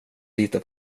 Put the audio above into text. lita